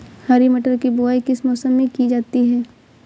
हरी मटर की बुवाई किस मौसम में की जाती है?